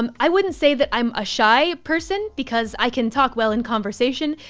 um i wouldn't say that i'm a shy person because i can talk well in conversation,